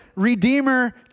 Redeemer